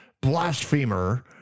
blasphemer